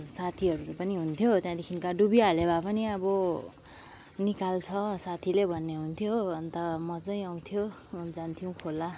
साथीहरू पनि हुन्थ्यो त्याँदेखिको डुबिहाल्यो भए पनि अब निकाल्छ साथीले भन्ने हुन्थ्यो हो अन्त मजै आउँथ्यो अनि जान्थ्यौँ खोला